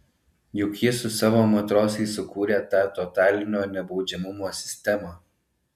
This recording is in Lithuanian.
juk jis su savo matrosais sukūrė tą totalinio nebaudžiamumo sistemą